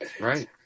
Right